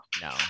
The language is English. No